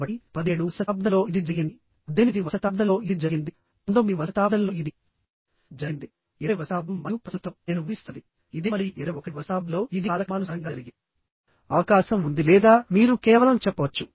కాబట్టి 17వ శతాబ్దంలో ఇది జరిగింది 18వ శతాబ్దంలో ఇది జరిగింది 19వ శతాబ్దంలో ఇది జరిగింది 20వ శతాబ్దం మరియు ప్రస్తుతం నేను ఊహిస్తున్నది ఇదే మరియు 21వ శతాబ్దంలో ఇది కాలక్రమానుసారంగా జరిగే అవకాశం ఉంది లేదా మీరు కేవలం చెప్పవచ్చు